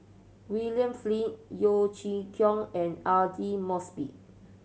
William Flint Yeo Chee Kiong and Aidli Mosbit